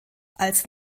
als